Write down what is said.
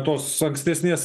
tos ankstesnės